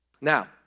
Now